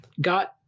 got